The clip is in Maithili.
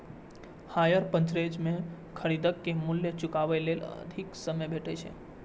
हायर पर्चेज मे खरीदार कें मूल्य चुकाबै लेल अधिक समय भेटै छै